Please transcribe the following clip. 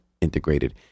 integrated